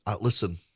listen